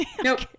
Nope